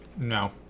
No